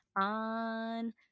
on